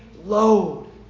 load